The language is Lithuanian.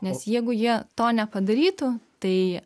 nes jeigu jie to nepadarytų tai